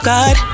God